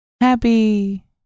happy